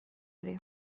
ere